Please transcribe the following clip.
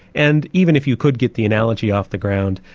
and even if you could get the analogy off the ground,